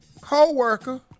Co-worker